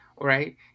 right